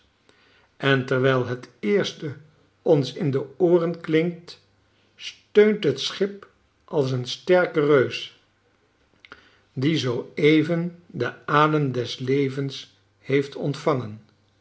en terwijl het eerste ons in de ooren klinkt steunt het schip als een sterke reus die zoo even den adem des levens heeft ontvangen